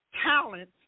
talent